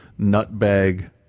nutbag